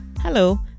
Hello